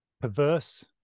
perverse